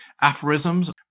aphorisms